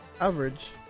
average